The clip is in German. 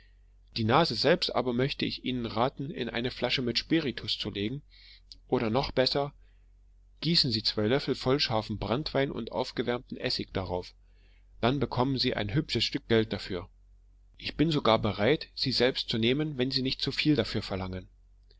die nase selbst aber möchte ich ihnen raten in eine flasche mit spiritus zu legen oder noch besser gießen sie zwei löffel voll scharfen branntwein und aufgewärmten essig darauf dann bekommen sie ein hübsches stück geld dafür ich bin sogar bereit sie selbst zu nehmen wenn sie nicht zuviel dafür verlangen